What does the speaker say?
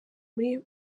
muri